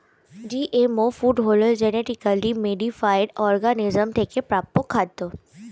GMO food হলো genetically modified organism থেকে প্রাপ্ত খাদ্য